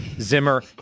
Zimmer